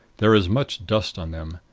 there is much dust on them.